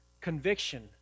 Conviction